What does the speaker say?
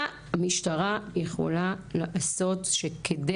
מה המשטרה יכולה לעשות כדי